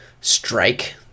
strike